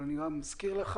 אני מזכיר לך